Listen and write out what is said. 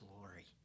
glory